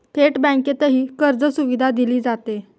थेट बँकेतही कर्जसुविधा दिली जाते